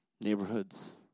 neighborhoods